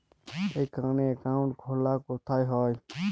এখানে অ্যাকাউন্ট খোলা কোথায় হয়?